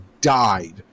died